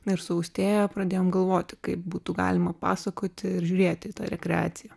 na ir su austėja pradėjom galvoti kaip būtų galima pasakoti ir žiūrėti į tą rekreaciją